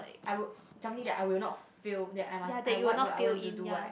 I would something that I will not fail that I must I what would I want to do right